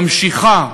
ממשיכה